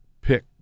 pick